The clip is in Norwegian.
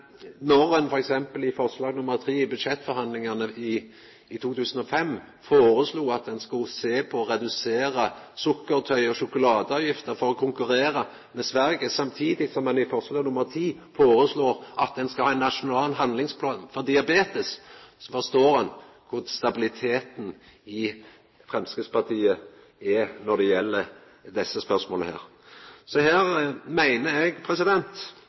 når ein t.d. i forslag til vedtak VI i budsjettforhandlingane for 2005 foreslo at ein skulle sjå på å redusera sukkertøy- og sjokoladeavgifter for å konkurrera med Sverige, samtidig som ein i forslag til vedtak X foreslo at ein skulle ha ein nasjonal handlingsplan for diabetes, forstår ein kor stabiliteten i Framstegspartiet er når det gjeld desse spørsmåla. Så her meiner eg